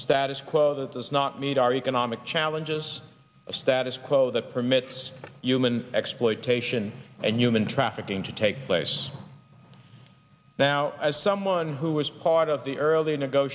status quo that does not meet our economic challenges the status quo that permits human exploitation and human trafficking to take place now as someone who was part of the early